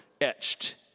etched